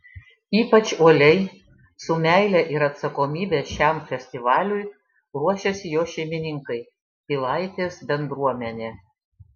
ypač uoliai su meile ir atsakomybe šiam festivaliui ruošiasi jo šeimininkai pilaitės bendruomenė